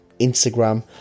instagram